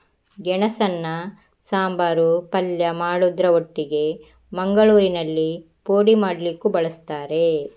ಗೆಣಸನ್ನ ಸಾಂಬಾರು, ಪಲ್ಯ ಮಾಡುದ್ರ ಒಟ್ಟಿಗೆ ಮಂಗಳೂರಿನಲ್ಲಿ ಪೋಡಿ ಮಾಡ್ಲಿಕ್ಕೂ ಬಳಸ್ತಾರೆ